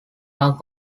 are